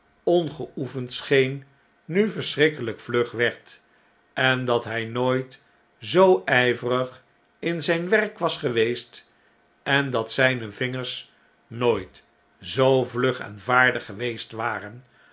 ongeoefend scheen nu verschrikkelyk vlug werd en dat hy nooit zoo ijverig in zyn werk was geweest en dat zynevingers nooit zoo vlug en vaardig geweest waren